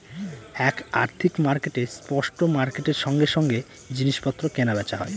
এক আর্থিক মার্কেটে স্পট মার্কেটের সঙ্গে সঙ্গে জিনিস পত্র কেনা বেচা হয়